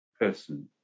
person